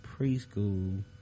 preschool